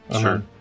Sure